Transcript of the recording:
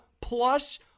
plus